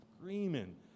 screaming